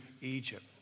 Egypt